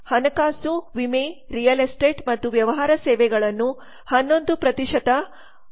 ಹಣಕಾಸು ವಿಮೆ real estate ಮತ್ತು ವ್ಯವಹಾರ ಸೇವೆಗಳನ್ನು 11 ಒದಗಿಸಲಾಗಿದೆ